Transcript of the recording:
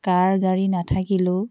কাৰ গাড়ী নাথাকিলেও